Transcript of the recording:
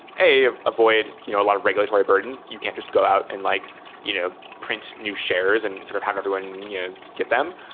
a, avoid you know a lot of regulatory burden? you can't just go out and like you know print new shares and sort of have everyone get them.